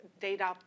data